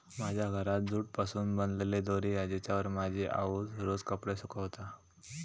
माझ्या घरात जूट पासून बनलेली दोरी हा जिच्यावर माझी आउस रोज कपडे सुकवता